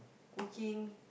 cooking